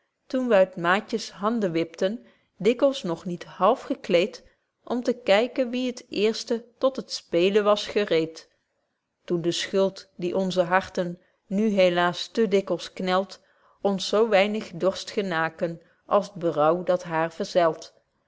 toen w uit maatjes handen wipten dikwyls nog niet half gekleed om te kyken wie het eerste betje wolff proeve over de opvoeding tot het speelen was gereed toen de schuld die onze harten nu helaas te dikwyls knelt ons zo weinig dorst genaken als t berouw dat haar verzelt